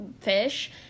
fish